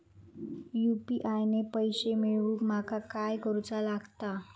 UPI ने पैशे मिळवूक माका काय करूचा लागात?